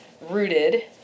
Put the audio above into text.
rooted